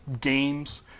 games